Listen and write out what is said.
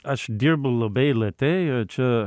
aš dirbu labai lėtai o čia